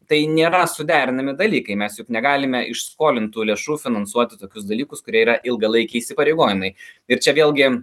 tai nėra suderinami dalykai mes juk negalime iš skolintų lėšų finansuoti tokius dalykus kurie yra ilgalaikiai įsipareigojimai ir čia vėlgi